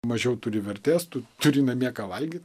mažiau turi vertės tu turi namie ką valgyt